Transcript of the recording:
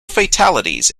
fatalities